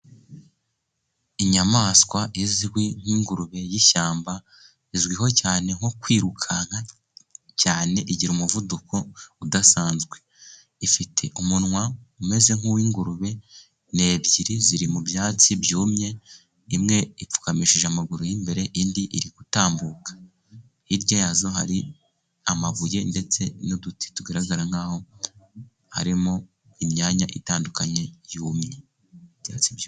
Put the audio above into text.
Inyamaswa izwi nk'ingurube y'ishyamba, izwiho cyane nko kwirukanka cyane, igira umuvuduko udasanzwe ifite umunwa umeze nk'uw'ingurube, ni ebyiri ziri mu byatsi byumye imwe ipfukamishije amaguru y'imbere, indi iri gutambuka, hirya yazo hari amabuye ndetse n'uduti tugaragara nk'aho harimo imyanya itandukanye yumye.